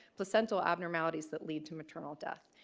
placental abnormalities that lead to maternal death.